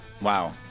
Wow